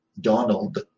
Donald